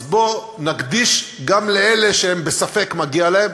בואו נקדיש גם לאלה שבספק מגיע להם,